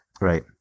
Right